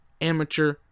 amateur